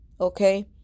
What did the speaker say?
okay